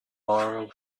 borrow